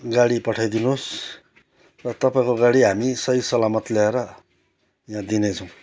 गाडी पठाइदिनु होस् र तपाईँको गाडी हामी सही सलामत ल्याएर यहाँ दिनेछौँ